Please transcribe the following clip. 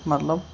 مطلب